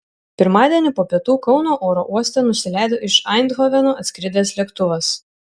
pirmadienį po pietų kauno oro uoste nusileido iš eindhoveno atskridęs lėktuvas